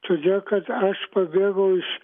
todėl kad aš pabėgau iš